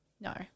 No